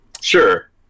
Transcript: sure